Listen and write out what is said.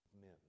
men